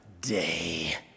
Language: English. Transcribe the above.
day